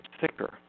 thicker